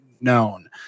known